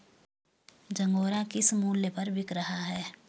झंगोरा किस मूल्य पर बिक रहा है?